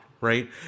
right